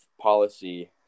policy